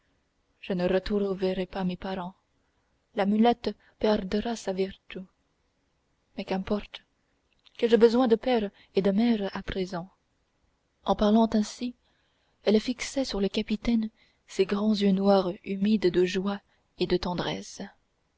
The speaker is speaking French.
je ne retrouverai pas mes parents l'amulette perdra sa vertu mais qu'importe qu'ai-je besoin de père et de mère à présent en parlant ainsi elle fixait sur le capitaine ses grands yeux noirs humides de joie et de tendresse